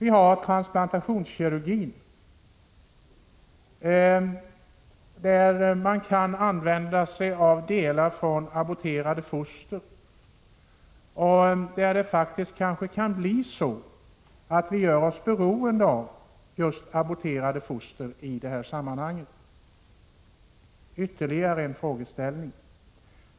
Inom transplantationskirurgin kan man använda sig av delar från aborterade foster. Det kan kanske faktiskt bli så att vi gör oss beroende av aborterade foster i dessa sammanhang. Det är ytterligare en frågeställning.